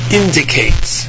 indicates